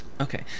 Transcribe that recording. Okay